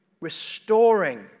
restoring